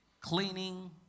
cleaning